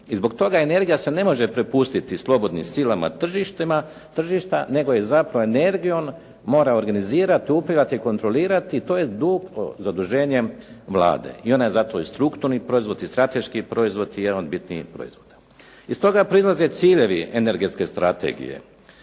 I zbog toga energija se ne može prepustiti slobodnim silama tržišta, nego je zapravo energijom mora organizirat, upravljat i kontrolirat i to je duplo zaduženje Vlade. I ona je zato i strukturni proizvod i strateški proizvod i jedan od bitnijih proizvoda. Iz toga proizlaze ciljeve energetske strategije,